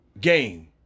game